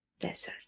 Desert